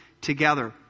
together